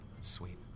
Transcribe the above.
Sweet